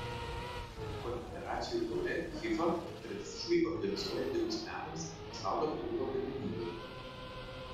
konfederacijų taurę fifa tradiciškai organizuoja likus metams iki pasaulio futbolo pirmenybių